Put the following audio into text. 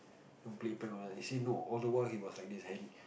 don't play prank on us actually no all the while he was like this and